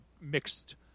mixed